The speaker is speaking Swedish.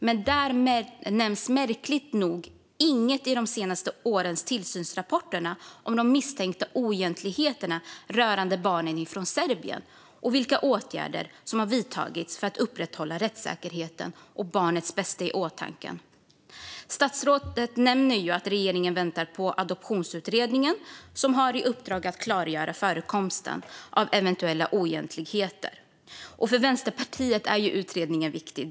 Men i de senaste årens tillsynsrapporter nämns märkligt nog inget om de misstänkta oegentligheterna rörande barnen från Serbien och vilka åtgärder som har vidtagits för att upprätthålla rättssäkerheten och ha barnets bästa i åtanke. Statsrådet nämner att regeringen väntar på resultatet av Adoptionskommissionens arbete. Den har i uppdrag att klargöra förekomsten av eventuella oegentligheter. För Vänsterpartiet är utredningen viktig.